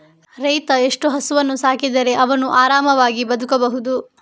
ರೈತ ಎಷ್ಟು ಹಸುವನ್ನು ಸಾಕಿದರೆ ಅವನು ಆರಾಮವಾಗಿ ಬದುಕಬಹುದು?